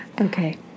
Okay